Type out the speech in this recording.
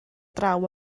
draw